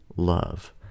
love